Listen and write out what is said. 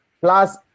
plus